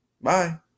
Bye